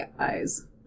eyes